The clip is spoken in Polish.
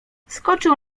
skoczył